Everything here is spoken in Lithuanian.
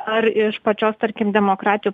ar iš pačios tarkim demokratų